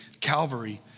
Calvary